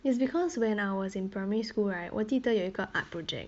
it's because when I was in primary school right 我记得有一个 art project